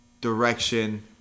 direction